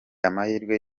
amahirwe